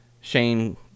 Shane